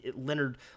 Leonard